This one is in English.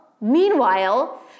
meanwhile